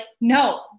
no